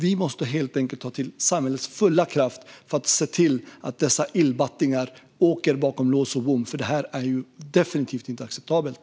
Vi måste helt enkelt ta till samhällets fulla kraft för att se till att dessa illbattingar åker in bakom lås och bom, för detta är definitivt inte acceptabelt.